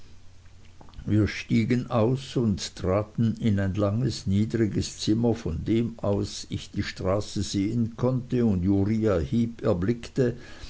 wir stiegen aus und traten in ein langes niedriges zimmer von dem aus ich die straße sehen konnte und uriah heep erblickte